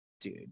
Dude